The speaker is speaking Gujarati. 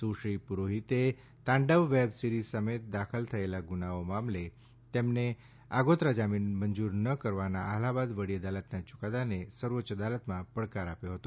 સુ શ્રી પુરોહિતે તાંડવ વેબ સીરિઝ સામે દાખલ થયેલા ગુનાઓ મામલે તેમને આગોતરા જમીન મંજૂર ન કરવાના અલાહાબાદ વડી અદાલતના યુકાદાને સર્વોચ્ય અદાલતમા પડકાર આપ્યો હતો